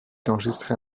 enregistré